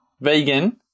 vegan